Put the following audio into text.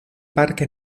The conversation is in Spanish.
parque